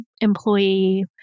employee